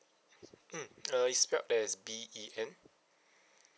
mm uh it's spelt as B E N